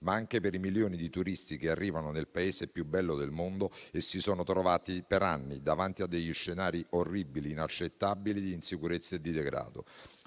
ma anche per i milioni di turisti che arrivano nel Paese più bello del mondo e che si sono trovati per anni davanti a degli scenari orribili e inaccettabili di insicurezza e di degrado: